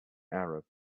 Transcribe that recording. arab